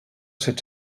set